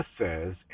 says